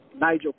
Nigel